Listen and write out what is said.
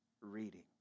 reading